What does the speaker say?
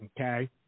okay